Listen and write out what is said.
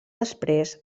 després